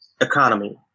economy